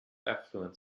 affluent